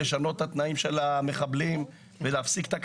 לשנות את התנאים של המחבלים ולהפסיק את הקייטנה?